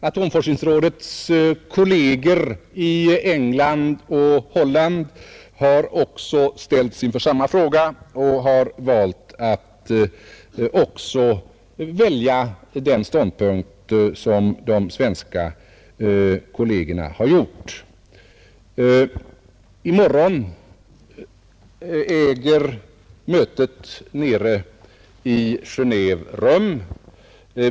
Atomforskningsrådets motsvarighet i England och Holland har ställts inför samma fråga, och även de har valt den ståndpunkt som de svenska kollegerna har intagit. I morgon äger mötet nere i Genéve rum.